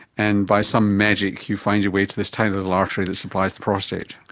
and by some magic you find your way to this tiny little artery that supplies the prostate.